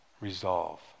resolve